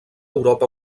europa